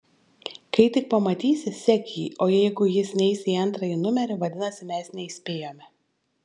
kai tik pamatysi sek jį o jeigu jis neis į antrąjį numerį vadinasi mes neįspėjome